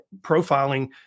profiling